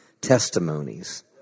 Testimonies